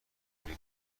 گلی